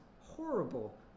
horrible